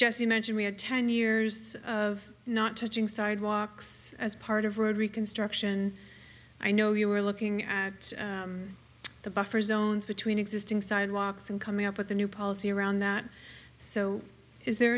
jesse mentioned we had ten years of not touching sidewalks as part of road reconstruction i know you were looking at the buffer zones between existing sidewalks and coming up with a new policy around that so is there